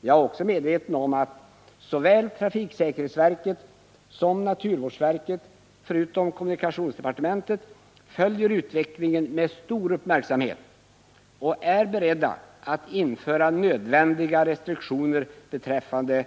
Jag är också medveten om att såväl trafiksäkerhetsverket som naturvårdsverket, förutom kommunikationsdepartementet, följer utvecklingen med stor uppmärksamhet och är beredda att införa nödvändiga restriktioner beträffande